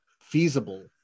feasible